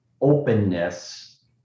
openness